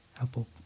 Apple